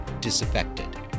disaffected